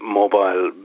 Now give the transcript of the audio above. mobile